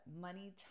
money